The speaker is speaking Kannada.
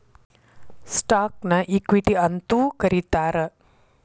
ಸ್ಟಾಕ್ನ ಇಕ್ವಿಟಿ ಅಂತೂ ಕರೇತಾರ